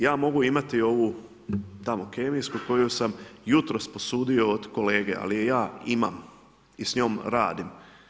Ja mogu imati ovu tamo kemijsku koju sam jutros posudio od kolege, ali je ja imam i s njom radim.